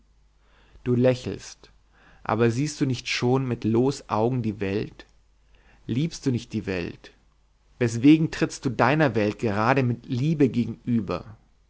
du lächelst aber siehst du nicht schon mit loos augen die welt liebst du nicht die welt weswegen trittst du deiner welt gerade mit liebe gegenüber